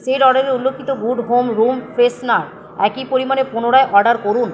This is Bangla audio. শেষ অর্ডারে উল্লেখিত গুড হোম রুম ফ্রেশনার একই পরিমাণে পুনরায় অর্ডার করুন